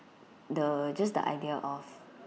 the just the idea of